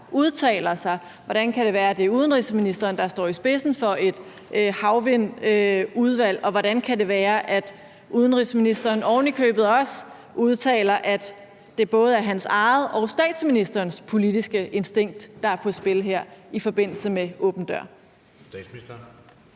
udtaler sig? Hvordan kan det være, at det er udenrigsministeren, der står i spidsen for et havvindudvalg? Og hvordan kan det være, at udenrigsministeren ovenikøbet også udtaler, at det både er hans eget og statsministerens politiske instinkt, der er på spil her i forbindelse med åben dør-projekterne?